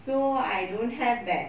so I don't have that